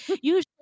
usually